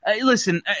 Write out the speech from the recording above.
listen